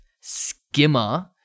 skimmer